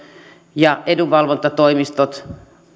ja edunvalvontatoimistot